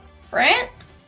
France